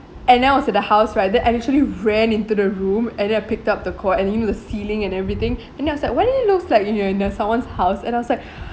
and then I was at the house right then I actually ran into the room and I picked up the call and even the ceiling and everything and it was like why looks like you're in the someone's house and I was like